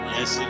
Yes